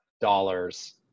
dollars